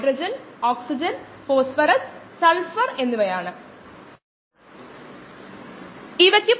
ഒരു പ്രക്രിയയ്ക്ക് മുമ്പുള്ള ജീവിവർഗങ്ങളുടെ മാസ്സ് പ്രക്രിയയ്ക്കുശേഷം ജീവിവർഗങ്ങളുടെ മാസ്സ്നു തുല്യമാണ്